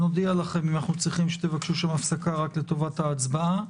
נודיע לכם אם אנחנו צריכים שתבקשו שם הפסקה רק לטובת ההצבעה.